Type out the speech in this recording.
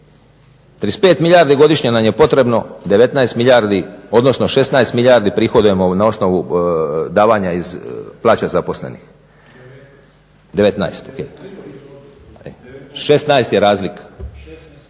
35 milijardi godišnje nam je potrebno, 19 milijardi odnosno 16 milijardi prihodujemo na osnovu davanja iz plaća zaposlenih, 19, o.k. 16 je razlika.